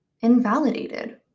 invalidated